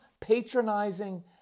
patronizing